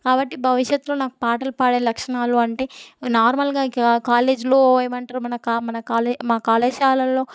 కాబట్టి భవిష్యత్తులో నాకు పాటలు పాడే లక్షణాలు అంటే నార్మల్గా కా కాలేజీలో ఏమంటారు మనకా మన కా మా కళాశాలల్లో